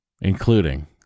including